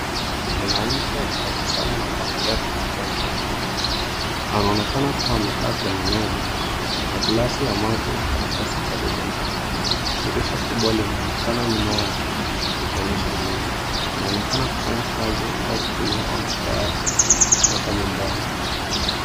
Mwanamke akitabasamu na kuangalia kompyuta ya mkononi. Anaonekana kuwa amekaa kwenye meza na glasi ya maji na karatasi karibu naye. Dirisha kubwa linaonekana nyuma yake likionyesha mimea. Anaonekana kufanya kazi au kutumia kompyuta yake kutoka nyumbani.